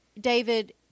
David